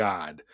God